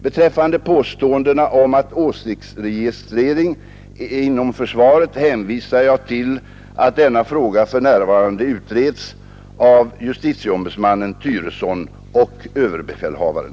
Beträffande påståendena om åsiktsregistrering inom försvaret hänvisar jag till att denna fråga för närvarande utreds av justitieombudsmannen Thyresson och överbefälhavaren.